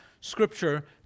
scripture